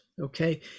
Okay